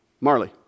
Marley